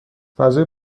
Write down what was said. فضای